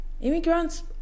immigrants